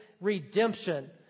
redemption